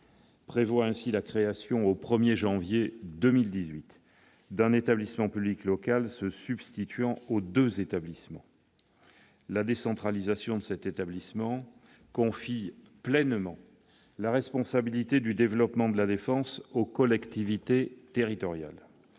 prévoit ainsi la création, au 1 janvier 2018, d'un établissement public local se substituant aux deux établissements. La décentralisation de cet établissement confie pleinement la responsabilité du développement de La Défense aux collectivités territoriales,